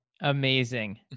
amazing